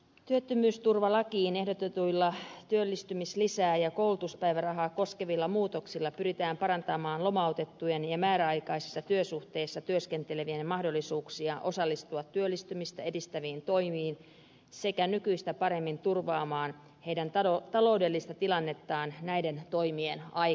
työttömyysturvalakiin ehdotetuilla työllistymislisää ja koulutuspäivärahaa koskevilla muutoksilla pyritään parantamaan lomautettujen ja määräaikaisissa työsuhteissa työskentelevien mahdollisuuksia osallistua työllistymistä edistäviin toimiin sekä nykyistä paremmin turvaamaan heidän taloudellista tilannettaan näiden toimien aikana